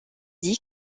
dit